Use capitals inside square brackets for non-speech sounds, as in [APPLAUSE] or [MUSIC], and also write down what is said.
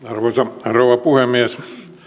[UNINTELLIGIBLE] arvoisa rouva puhemies